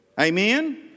Amen